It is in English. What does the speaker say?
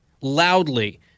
loudly